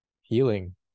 healing